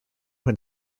when